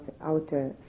outer